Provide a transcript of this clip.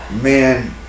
man